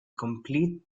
complete